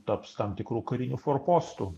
taps tam tikru kariniu forpostu